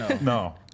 No